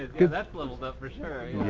because that's level up